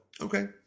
Okay